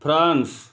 France